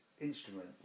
instruments